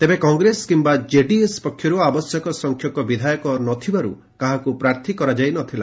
ତେବେ କଂଗ୍ରେସ କିମ୍ବା କେଡିଏସ୍ ପକ୍ଷରୁ ଆବଶ୍ୟକ ସଂଖ୍ୟକ ବିଧାୟକ ନ ଥିବାରୁ କାହାକୁ ପ୍ରାର୍ଥୀ କରାଯାଇ ନ ଥିଲା